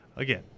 Again